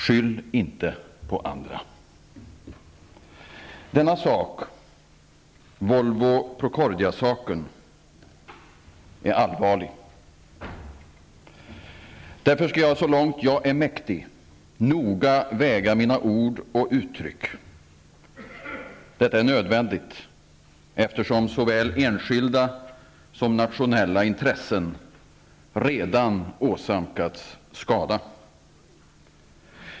Skyll inte på andra! Denna sak, Volvo-Procordiasaken, är allvarlig. Därför skall jag så långt jag är mäktig noga väga mina ord och uttryck. Detta är nödvändigt, eftersom såväl enskilda som nationella intressen redan åsamkats skada.